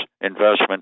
investment